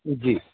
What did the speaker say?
جی